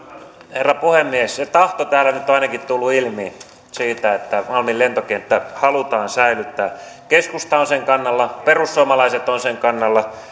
herra puhemies tahto täällä nyt on ainakin tullut ilmi siitä että malmin lentokenttä halutaan säilyttää keskusta on sen kannalla perussuomalaiset ovat sen kannalla